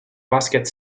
basket